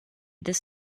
this